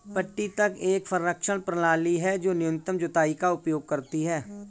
पट्टी तक एक संरक्षण प्रणाली है जो न्यूनतम जुताई का उपयोग करती है